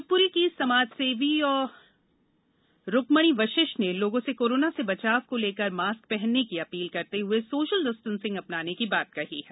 शिवपुरी की समाजसेवी का रुक्मणी वशिष्ठ ने लोगों से कोरोना से बचाव को लेकर मास्क पहनने की अपील करते हए सोशल डिस्टेंसिंग अपनाने की बात कही है